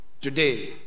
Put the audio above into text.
today